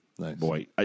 Boy